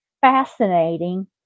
fascinating